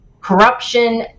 corruption